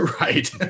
Right